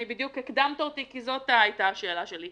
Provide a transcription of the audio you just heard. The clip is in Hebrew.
בדיוק הקדמת אותי כזאת הייתה השאלה שלי.